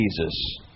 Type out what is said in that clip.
Jesus